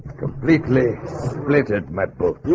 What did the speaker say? completely blatant my book